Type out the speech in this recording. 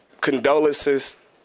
condolences